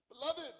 Beloved